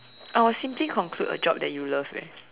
I will simply conclude a job that you love eh